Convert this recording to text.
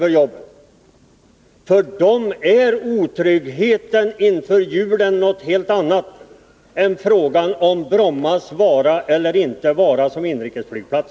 För dem, Tore Nilsson, är otryggheten inför julen någonting helt annat än frågan om Brommas vara eller inte vara som inrikesflygplats.